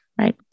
right